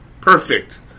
Perfect